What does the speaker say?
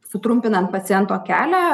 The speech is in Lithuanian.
sutrumpinam paciento kelią